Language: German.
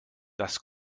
das